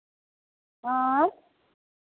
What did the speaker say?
आँय